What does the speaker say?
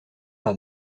par